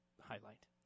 highlight